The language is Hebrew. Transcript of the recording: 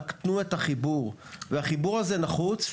רק תנו את החיבור והחיבור הזה נחוץ.